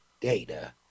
data